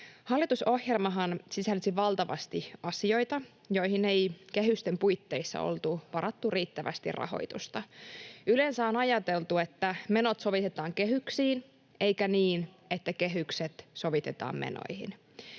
Hallitusohjelmahan sisälsi valtavasti asioita, joihin ei kehysten puitteissa ollut varattu riittävästi rahoitusta. Yleensä on ajateltu, että menot sovitetaan kehyksiin, eikä niin, että kehykset sovitetaan menoihin.